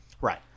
Right